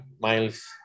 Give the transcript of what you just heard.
Miles